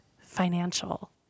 Financial